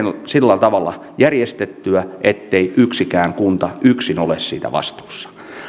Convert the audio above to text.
sillä tavalla järjestettyä ettei yksikään kunta yksin ole siitä vastuussa